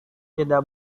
tidak